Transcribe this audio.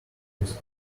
his